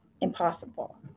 impossible